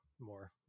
more